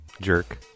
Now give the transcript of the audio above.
Jerk